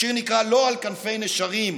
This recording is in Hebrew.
השיר נקרא: "לא על כנפי נשרים",